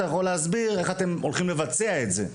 אתה יכול להסביר איך אתם הולכים לבצע את זה.